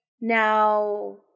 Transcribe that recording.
Now